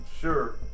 Sure